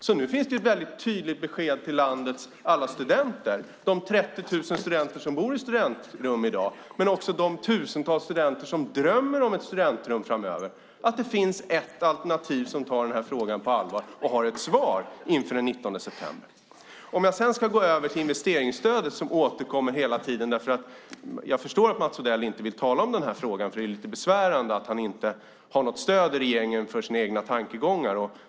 Nu finns det alltså ett väldigt tydligt besked till landets alla studenter, de 30 000 studenter som bor i studentrum i dag, men också de tusentals studenter som drömmer om ett studentrum framöver, att det finns ett alternativ som tar den här frågan på allvar och har ett svar inför den 19 september. Om jag sedan ska gå över till investeringsstödet, som återkommer hela tiden därför att Mats Odell inte vill tala om den här frågan. Jag förstår det. Det är lite besvärande att han inte har något stöd i regeringen för sina egna tankegångar.